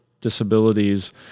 disabilities